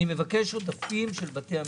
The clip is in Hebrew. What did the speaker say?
אני מבקש עודפים של בתי המשפט.